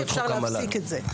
אפשר להפסיק את זה.